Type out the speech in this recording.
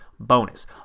bonus